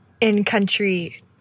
in-country